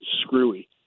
screwy